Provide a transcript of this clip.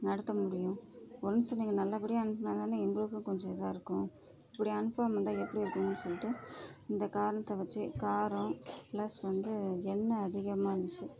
நடத்த முடியும் ஒன்ஸ் நீங்கள் நல்லபடியாக அனுப்புனா தானே எங்களுக்கும் கொஞ்சம் இதாக இருக்கும் இப்படி அனுப்பாமல் இருந்தால் எப்படி இருக்கும்னு சொல்லிட்டு இந்த காரணத்தை வச்சு காரம் ப்ளஸ் வந்து எண்ணெய் அதிகமாக இருந்துச்சு